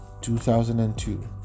2002